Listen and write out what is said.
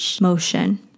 motion